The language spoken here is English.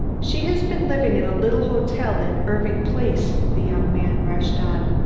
she has been living at a little hotel in irving place, the young man rushed on.